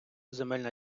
земельна